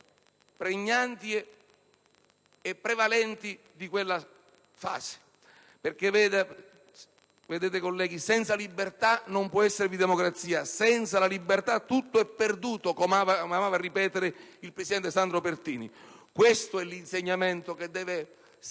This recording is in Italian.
pregnanti e prevalenti di quella fase. Colleghi, senza libertà non può esservi democrazia; senza la libertà tutto è perduto, come amava ripetere il presidente Sandro Pertini. Questo è l'insegnamento che dobbiamo